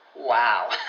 Wow